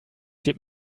zielt